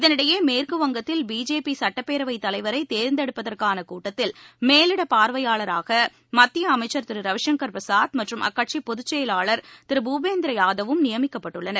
இதனிடையே மேற்குவங்கத்தில் பிஜேபி சட்டப்பேரவை தலைவரை தேர்ந்தெடுப்பதற்கான கூட்டத்தில் மேலிட பார்வையாளராக மத்திய அமைச்சர் திரு ரவிசங்கர் பிரசாத் மற்றும் அக்கட்சி பொதுச்செயலாளர் திரு பூபேந்திர யாதவும் நியமிக்கப்பட்டுள்ளனர்